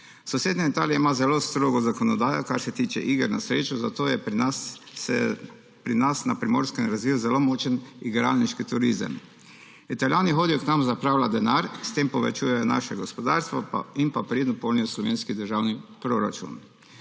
Sosednja Italija ima zelo strogo zakonodajo, kar se tiče iger na srečo, zato se je pri nas na Primorskem razvil zelo močen igralniški turizem. Italijani hodijo k nam zapravljat denar, s tem povečujejo naše gospodarstvo in pridno polnijo slovenski državni proračun.